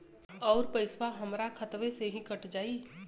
अउर पइसवा हमरा खतवे से ही कट जाई?